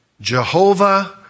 Jehovah